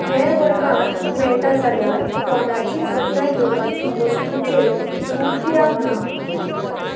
हेर वर्गांत मेळ जाल्यार तोंडाची जतनाय घेवपाची वस्तूचेर सूट कित्याक ना